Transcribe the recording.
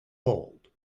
hold